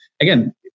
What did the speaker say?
again